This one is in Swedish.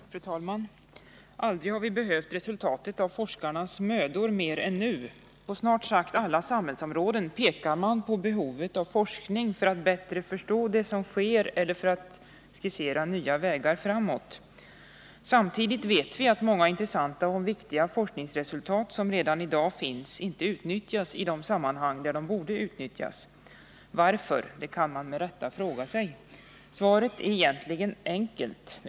Fru talman! Aldrig har vi behövt resultatet av forskarnas mödor mer än nu. På snart sagt alla samhällsområden pekar man på behovet av forskning för att bättre förstå det som sker eller för att skissera nya vägar framåt. Samtidigt vet vi att många intressanta och viktiga forskningsresultat, som redan i dag finns, inte utnyttjas i de sammanhang där de borde utnyttjas. Varför, kan man med rätta fråga sig. Svaret är egentligen enkelt.